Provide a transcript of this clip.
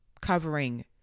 covering